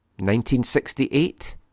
1968